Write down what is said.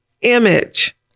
image